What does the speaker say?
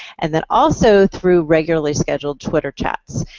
and then also through regularly scheduled twitter chats.